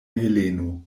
heleno